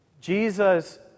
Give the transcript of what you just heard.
Jesus